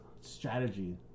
strategy